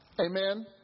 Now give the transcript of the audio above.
Amen